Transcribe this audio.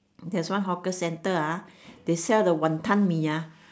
there's one hawker center ah they sell the wanton-mee ah